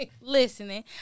listening